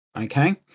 Okay